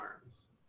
arms